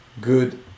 good